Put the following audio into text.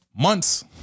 months